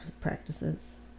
practices